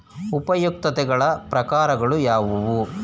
ಉಪಯುಕ್ತತೆಗಳ ಪ್ರಕಾರಗಳು ಯಾವುವು?